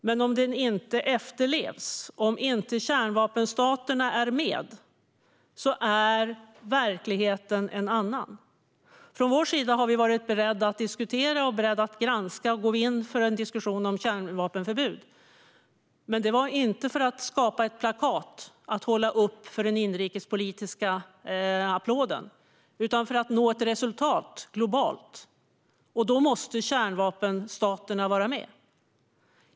Men om det inte efterlevs och om inte kärnvapenstaterna är med är verkligheten en annan. Från vår sida har vi varit beredda att diskutera och beredda att granska och gå in i en diskussion om kärnvapenförbud. Men det var inte för att skapa ett plakat att hålla upp för den inrikespolitiska applåden utan för att nå ett resultat globalt, och då måste kärnvapenstaterna vara med.